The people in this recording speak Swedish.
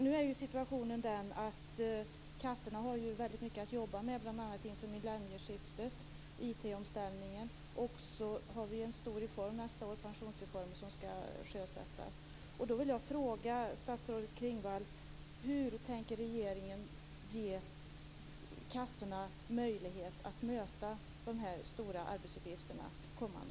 Nu är ju situationen den att kassorna har väldigt mycket att jobba med bl.a. inför millennieskiftet, alltså IT-omställningen. Dessutom har vi en stor reform nästa år, pensionsreformen, som skall sjösättas.